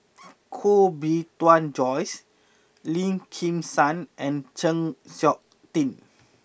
Koh Bee Tuan Joyce Lim Kim San and Chng Seok Tin